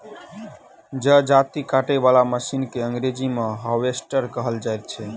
जजाती काटय बला मशीन के अंग्रेजी मे हार्वेस्टर कहल जाइत छै